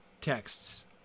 texts